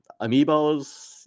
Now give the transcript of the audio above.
amiibos